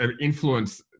influence